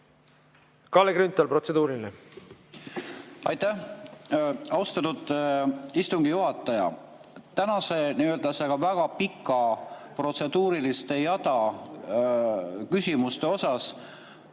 Kalle Grünthal, protseduuriline! Aitäh, austatud istungi juhataja! Tänase väga pika protseduuriliste küsimuste jada